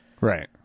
Right